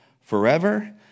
forever